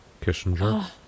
Kissinger